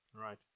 right